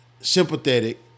sympathetic